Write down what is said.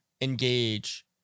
engage